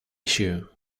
issue